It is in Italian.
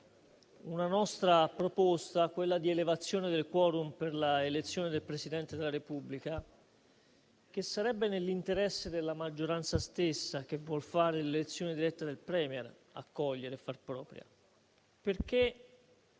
una nostra proposta, quella di elevazione del *quorum* per l'elezione del Presidente della Repubblica, che sarebbe nell'interesse della maggioranza stessa, che vuol fare l'elezione diretta del *Premier*, accogliere e far propria. Questo